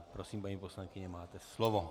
Prosím, paní poslankyně, máte slovo.